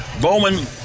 Bowman